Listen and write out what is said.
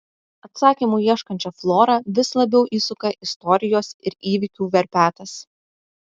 atsakymų ieškančią florą vis labiau įsuka istorijos ir įvykių verpetas